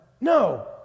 no